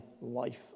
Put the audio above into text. life